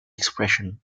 expression